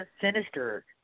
sinister